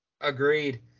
Agreed